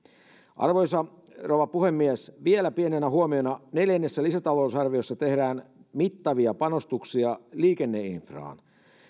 arvoisa rouva puhemies vielä pienenä huomiona neljännessä lisätalousarviossa tehdään mittavia panostuksia liikenneinfraan